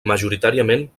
majoritàriament